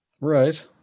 Right